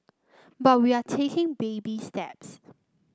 but we are taking baby steps